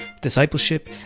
discipleship